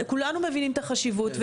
כולנו מבינים את החשיבות,